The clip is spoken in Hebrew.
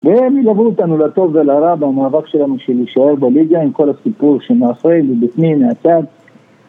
והם ילוו אותנו, לטוב ולרע, במאבק שלנו של להישאר בליגה עם כל הסיפור שמאחרי ובפנים מהצד